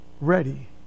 ready